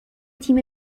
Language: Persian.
تیم